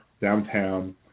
downtown